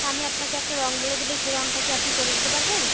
তা আমি আপনাকে একটা রঙ বলে দিলে সে রঙটা কি আপনি করে দিতে পারবেন